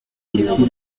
y’ibihugu